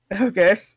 Okay